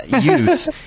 use